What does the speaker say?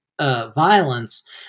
violence